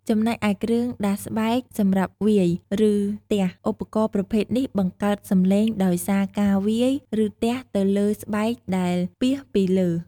ចំណែកឯគ្រឿងដាសស្បែកសម្រាប់វាយ ឬទះ ឧបករណ៍ប្រភេទនេះបង្កើតសំឡេងដោយសារការវាយ ឬទះទៅលើស្បែកដែលពាសពីលើ។